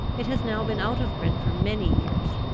it has now been out of print for many years.